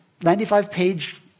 95-page